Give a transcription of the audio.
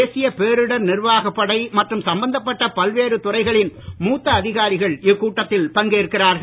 தேசிய பேரிடர் நிர்வாகப் படை மற்றும் சம்பந்தப்பட்ட பல்வேறு துறைகளின் மூத்த அதிகாரிகள் இக்கூட்டத்தில் பங்கேற்கிறார்கள்